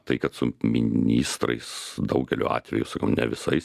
tai kad su ministrais daugeliu atvejų sakau ne visais